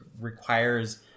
requires